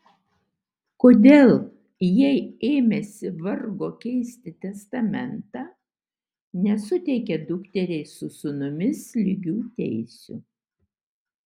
kodėl jei ėmėsi vargo keisti testamentą nesuteikė dukteriai su sūnumis lygių teisių